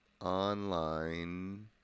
online